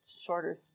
shorter